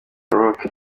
rock